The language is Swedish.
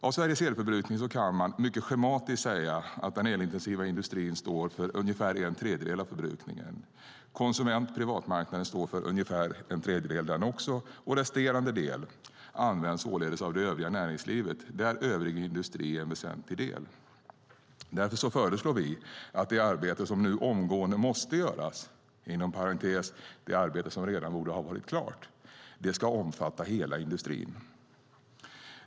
Av Sveriges elförbrukning kan man mycket schematiskt säga att den elintensiva industrin står för ungefär en tredjedel av förbrukningen. Privatmarknaden står för ungefär en tredjedel den också, och resterande del används således av det övriga näringslivet där övrig industri är en väsentlig del. Därför föreslår vi att det arbete som nu omgående måste göras, alltså det arbete som redan borde ha varit klart, ska omfatta hela industrin.